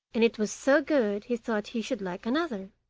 and it was so good he thought he should like another.